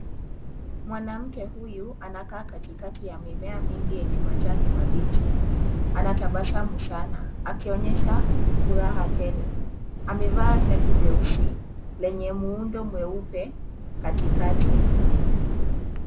Mwanamke huyu anakaa katikati ya mimea mingi yenye majani mabichi. Anatabasamu sana akionyesha furaha tele. Amevaa shati jeusi lenye muundo mweupe katikati.